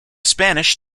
spanish